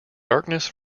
darkness